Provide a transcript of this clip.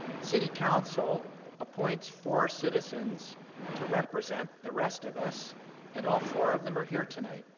city council appoints four citizens to represent the rest of us and all four of them are here tonight,